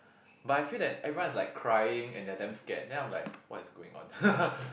but I feel that everyone is like crying and they are damn scared then I'm like what is going on